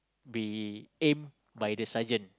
be aim by the sergeant